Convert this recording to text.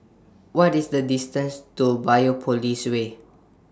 What IS The distances to Biopolis Way